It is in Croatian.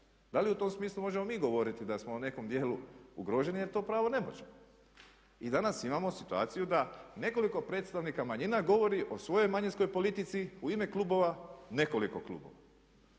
Da li u tom smislu možemo mi govoriti da smo u nekom dijelu ugroženi jer to pravo ne možemo? I danas imamo situaciju da nekoliko predstavnika manjina govori o svojoj manjinskoj politici u ime klubova, nekoliko klubova.